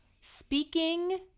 Speaking